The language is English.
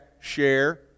share